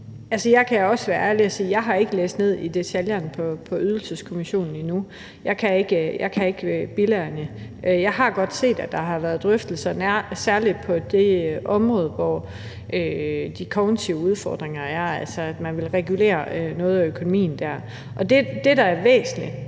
jeg må også være ærlig og sige, at jeg ikke har læst ned i detaljerne i forhold til Ydelseskommissionen endnu – jeg kan ikke bilagene. Jeg har godt set, at der har været drøftelser, særlig på det område, hvor de kognitive udfordringer er, altså at man vil regulere noget af økonomien der. Og det, der er væsentligt,